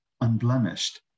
unblemished